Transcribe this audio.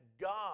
God